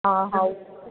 ہاں ہے